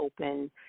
open